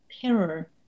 terror